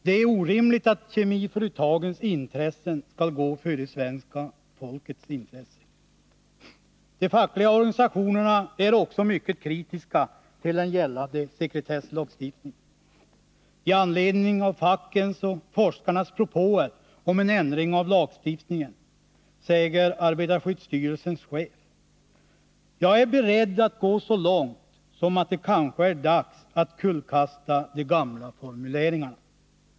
Det är orimligt att kemiföretagens intressen skall gå före svenska folkets intressen. De fackliga organisationerna är också mycket kritiska till den gällande sekretesslagstiftningen. I anledning av fackens och forskarnas propåer om en ändring av lagstiftningen säger arbetarskyddsstyrelsens chef: Jag är beredd att gå så långt som att det kanske är dags att kullkasta de gamla formuleringarna.